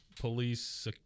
police